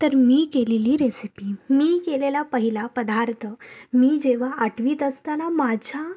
तर मी केलेली रेसिपी मी केलेला पहिला पदार्थ मी जेव्हा आठवीत असताना माझ्या